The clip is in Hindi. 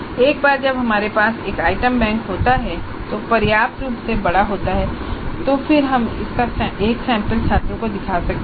एक बार जब हमारे पास एक आइटम बैंक होता है जो पर्याप्त रूप से बड़ा होता है तो हम इसका एक सैंपल छात्रों को दिखा सकते हैं